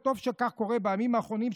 וטוב שכך קורה: בימים האחרונים,